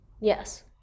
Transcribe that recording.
Yes